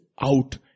Out